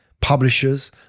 publishers